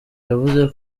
yavuze